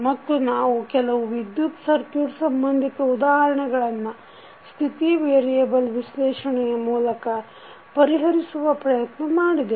ಮತ್ತು ನಾವು ಕೆಲವು ವಿದ್ಯುತ್ ಸಕ್ಯು೯ಟ್ ಸಂಬಂಧಿತ ಉದಾಹರಣೆಗಳನ್ನು ಸ್ಥಿತಿ ವೇರಿಯೆಬಲ್ ವಿಶ್ಲೇಷಣೆಯ ಮೂಲಕ ಪರಿಹರಿಸುವ ಪ್ರಯತ್ನ ಮಾಡಿದೆವು